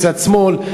בצד שמאל.